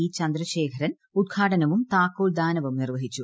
ഇ് ചന്ദ്രശേഖരൻ ഉദ്ഘാടനവും താക്കോൽ ദാനവും നിർവ്വഹിച്ചു